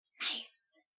Nice